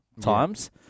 times